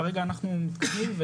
כרגע אנחנו מתקדמים,